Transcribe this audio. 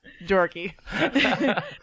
dorky